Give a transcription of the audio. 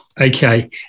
Okay